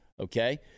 okay